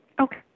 Okay